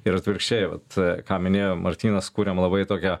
ir atvirkščiai vat ką minėjo martynas kuriam labai tokią